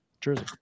jersey